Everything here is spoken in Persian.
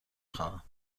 خواهم